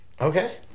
Okay